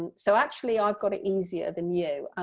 so actually i've got it easier than you.